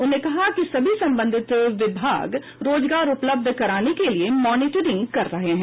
उन्होंने कहा कि सभी संबंधित विभाग रोजगार उपलब्ध करने के लिए मॉनिटरिंग कर रहे हैं